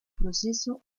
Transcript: proceso